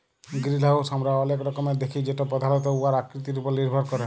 greenhouse আমরা অলেক রকমের দ্যাখি যেট পধালত উয়ার আকৃতির উপর লির্ভর ক্যরে